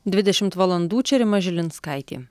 dvidešimt valandų čia rima žilinskaitė